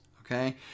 okay